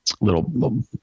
Little